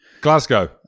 Glasgow